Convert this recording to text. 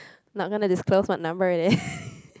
not gonna disclose what number it is